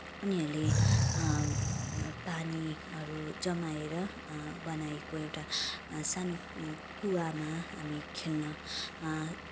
उनीहरूले पानीहरू जमाएर बनाएको एउटा सानो कुवामा हामी खेल्न